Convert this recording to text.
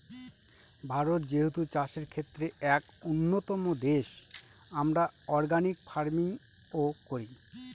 ভারত যেহেতু চাষের ক্ষেত্রে এক উন্নতম দেশ, আমরা অর্গানিক ফার্মিং ও করি